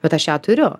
bet aš ją turiu